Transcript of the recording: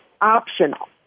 optional